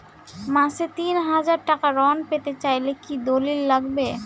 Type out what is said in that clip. মাসে তিন হাজার টাকা ঋণ পেতে চাইলে কি দলিল লাগবে?